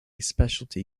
specialty